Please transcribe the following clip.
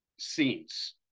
scenes